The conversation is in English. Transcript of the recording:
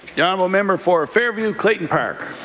yeah um ah member for fairview-clayton park.